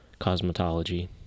cosmetology